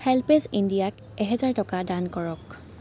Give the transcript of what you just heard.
HelpAge ইণ্ডিয়াক এহেজাৰ টকা দান কৰক